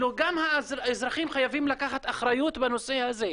גם האזרחים חייבים לקחת אחריות בנושא הזה.